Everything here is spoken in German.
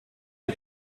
die